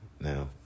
now